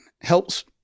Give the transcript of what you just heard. helps